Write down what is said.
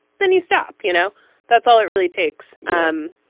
then you stop. you know that's all it really takes. um